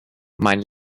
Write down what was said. mein